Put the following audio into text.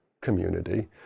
community